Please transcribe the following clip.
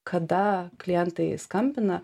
kada klientai skambina